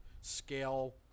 scale